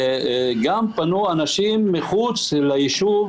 וגם פנו אנשים מחוץ ליישוב,